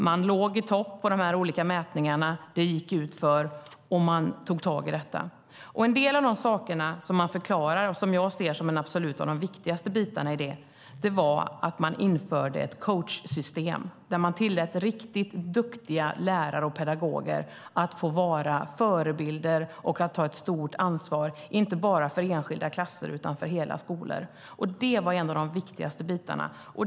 Man låg i topp i de olika mätningarna, det gick utför och man tog tag i det. En del av de saker som jag ser som de viktigaste delarna i detta var att man införde ett coachsystem där man tillät riktigt duktiga lärare och pedagoger att få vara förebilder och att ta ett stort ansvar, inte bara för enskilda klasser utan för hela skolor. Det var en av de viktigaste delarna.